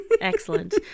Excellent